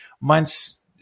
months